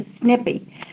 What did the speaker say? snippy